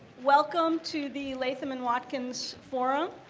welcome to the latham and watkins forum.